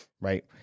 right